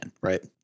right